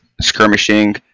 skirmishing